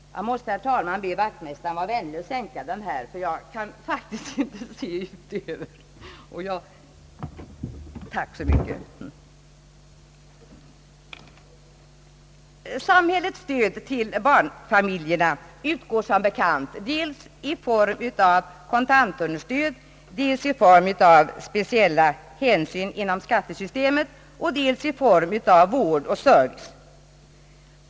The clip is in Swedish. Samhällets stöd till barnfamiljerna utgår som bekant i form av kontantunderstöd, i form av speciella hänsyn inom skattesystemet samt i form av vård och service.